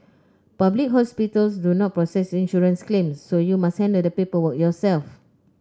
public hospitals do not process insurance claims so you must handle the paperwork yourself